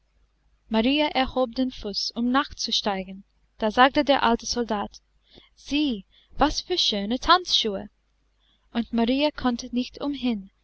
erhob den fuß um nachzusteigen da sagte der alte soldat sieh was für schöne tanzschuhe und marie konnte nicht umhin